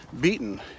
beaten